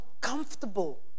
comfortable